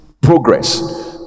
progress